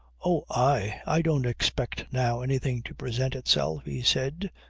oh, i! i don't expect now anything to present itself, he said,